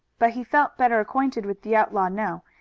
but he felt better acquainted with the outlaw now,